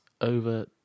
over